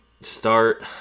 start